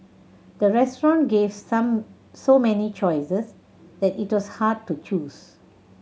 the restaurant gave some so many choices that it was hard to choose